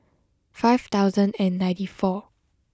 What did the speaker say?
five thousand and ninety four